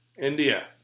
India